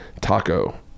taco